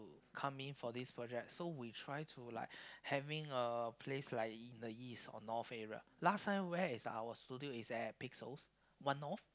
come in for this project so we try to like having a place like in the east or north area last time where is our studio is in Pixel One-North